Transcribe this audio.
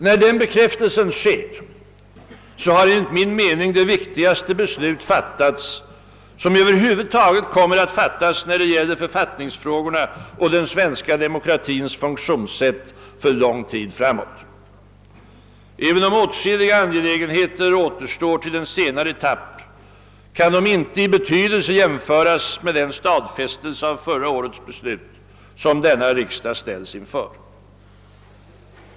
När den bekräftelsen sker har enligt min mening det viktigaste beslut fattats, som över huvud taget kommer att fattas när det gäller författningsfrågorna och den svenska demokratins funktionssätt för lång tid framåt. även om åtskilliga angelägenheter återstår till en senare etapp, kan de i betydelse inte jämföras med den stadfästelse av förra årets beslut som denna riksdag ställs inför.